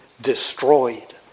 destroyed